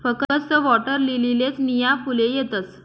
फकस्त वॉटरलीलीलेच नीया फुले येतस